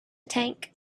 tank